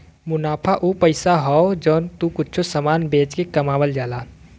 मुनाफा उ पइसा हौ जौन तू कुच्छों समान बेच के कमावल जाला